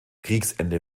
kriegsende